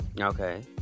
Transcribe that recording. okay